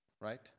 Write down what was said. Right